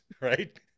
right